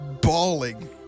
bawling